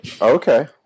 okay